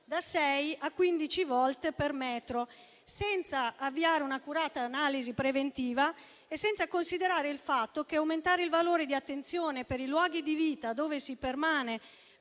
a quindici volt per metro, senza avviare un'accurata analisi preventiva e senza considerare il fatto che aumentare il valore di attenzione per i luoghi di vita, dove si permane